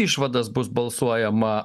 išvadas bus balsuojama